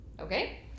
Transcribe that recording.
Okay